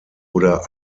oder